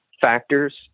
factors